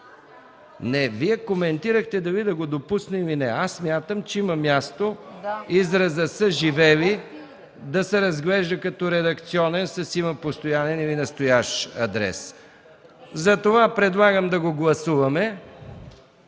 Не, Вие коментирахте дали да го допусна, или не. Аз смятам, че има място изразът „са живели” да се разглежда като редакционен с „има постоянен или настоящ адрес”. Предлагам да го гласуваме: